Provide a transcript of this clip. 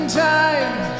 time